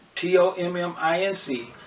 T-O-M-M-I-N-C